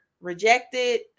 rejected